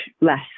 less